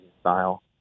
style